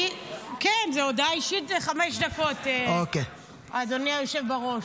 זאת הודעה אישית, חמש דקות, אדוני היושב-ראש.